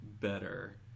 better